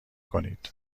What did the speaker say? کنید